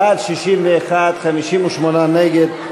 בעד, 61, 58 נגד.